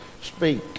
speak